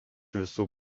visų